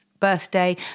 birthday